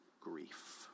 grief